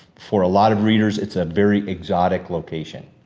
for a lot of readers, it's a very exotic location.